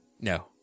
No